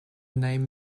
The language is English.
name